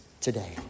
today